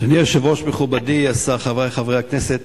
אדוני היושב-ראש, מכובדי השר, חברי חברי הכנסת,